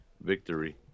victory